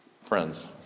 Friends